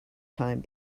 time